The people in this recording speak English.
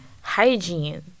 hygiene